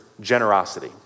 generosity